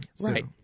Right